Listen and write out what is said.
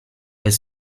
est